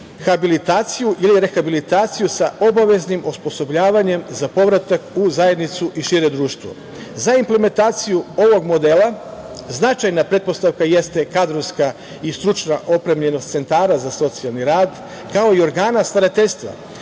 habilitaciju ili rehabilitaciju sa obaveznim osposobljavanjem za povratak u zajednicu i šire društvo.Za implementaciju ovog modela značajna pretpostavka jeste kadrovska i stručna opremljenost centara za socijalni rad, kao i organa starateljstva,